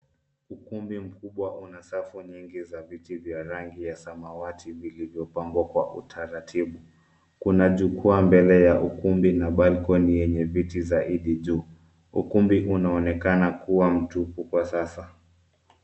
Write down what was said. Ukumbii mkubwa una safu nyingi za viti vya rangi ya samawati vilivyopangwa kwa utaratibu. Kuna jukwaa mbele ya ukumbi na balcony yenye viti zaidi juu. Ukumbi huu unaonekana kuwa mtupu kwa sasa.